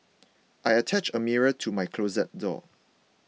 I attached a mirror to my closet door